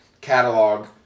catalog